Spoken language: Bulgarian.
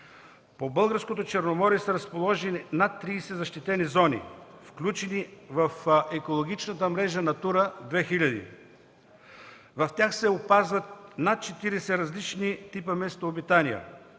По българското Черноморие са разположени над 30 защитени зони, включени в екологичната мрежа „Натура 2000”. В тях се опазват над 40 различни типа местообитания.